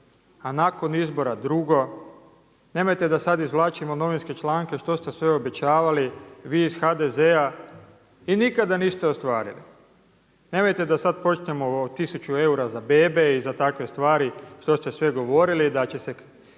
a nakon izbora drugo. Nemojte da sada izvlačimo novinske članke što ste sve obećavali, vi iz HDZ-a i nikada niste ostvarili. Nemojte sada da počnemo o tisuća eura za bebe i za takve stvari što ste sve govorili i da će se